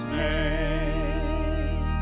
made